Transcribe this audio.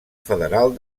federal